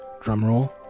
drumroll